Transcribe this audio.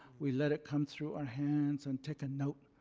we let it come through our hands and take a note.